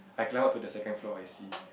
I climb up to the second floor I see